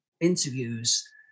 interviews